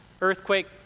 Earthquake